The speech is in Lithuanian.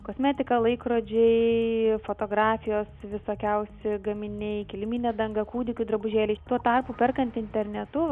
kosmetika laikrodžiai fotografijos visokiausi gaminiai kiliminė danga kūdikių drabužėliai tuo tarpu perkant internetu